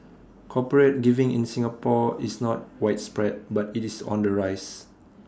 corporate giving in Singapore is not widespread but IT is on the rise